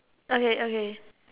okay okay